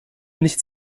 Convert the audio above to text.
nicht